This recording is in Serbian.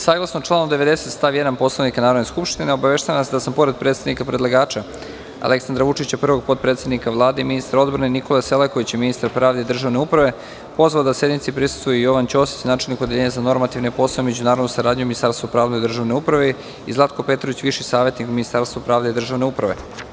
Saglasnu članu 90. stav 1. Poslovnika Narodne skupštine obaveštavam vas da su pored predstavnika predlagača Aleksandra Vučića, prvog potpredsednika Vlade i ministra odbrane Nikole Selakovića i ministra pravde i državne uprave, pozvao da sednici prisustvuju Jovan Ćosić, načelnik odeljenja za normativne poslove, međunarodnu saradnju u Ministarstvu pravde i državnoj upravi i Zlatko Petrović, viši savetnik u Ministarstvu pravde i državne uprave.